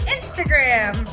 Instagram